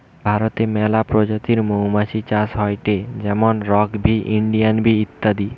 ভারতে মেলা প্রজাতির মৌমাছি চাষ হয়টে যেমন রক বি, ইন্ডিয়ান বি ইত্যাদি